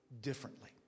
differently